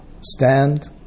Stand